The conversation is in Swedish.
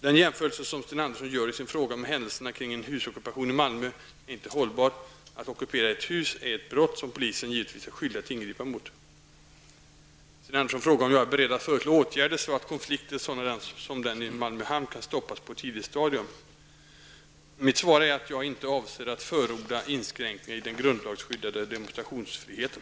Den jämförelse som Sten Andersson gör i sin fråga med händelserna kring en husockupation i Malmö är inte hållbar. Att ockupera ett hus är ett brott, som polisen givetvis är skyldig att ingripa mot. Sten Andersson frågar om jag är beredd att föreslå åtgärder, så att konflikter sådana som den i Malmö hamn kan stoppas på ett tidigt stadium. Mitt svar är att jag inte avser att förorda inskränkningar i den grundlagsskyddade demonstrationsfriheten.